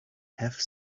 have